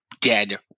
dead